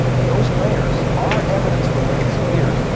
if those layers are evidence for millions of years,